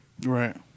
Right